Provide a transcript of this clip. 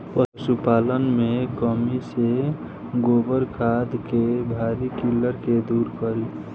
पशुपालन मे कमी से गोबर खाद के भारी किल्लत के दुरी करी?